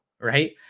right